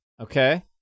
Okay